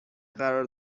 قرار